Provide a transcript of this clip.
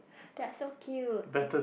they are so cute